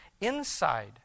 inside